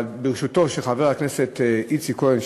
אבל בראשותו של חבר הכנסת איציק כהן,